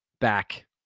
Back